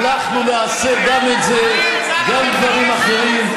אנחנו נעשה גם את זה וגם דברים אחרים,